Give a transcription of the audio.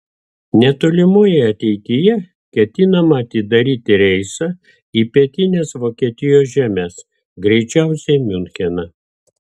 netolimoje ateityje ketinama atidaryti reisą į pietines vokietijos žemes greičiausiai miuncheną